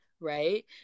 right